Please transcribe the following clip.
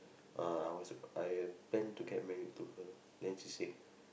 uh I was I plan to get married to her then she said